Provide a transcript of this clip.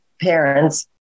parents